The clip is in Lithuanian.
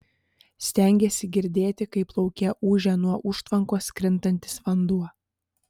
stengėsi girdėti kaip lauke ūžia nuo užtvankos krintantis vanduo